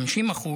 50%,